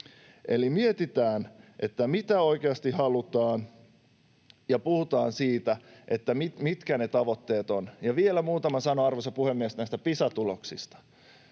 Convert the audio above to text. eli mietitään, mitä oikeasti halutaan, ja puhutaan siitä, mitkä ne tavoitteet ovat. Vielä muutama sana, arvoisa puhemies, näistä Pisa-tuloksista: